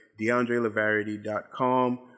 DeAndreLavarity.com